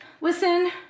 listen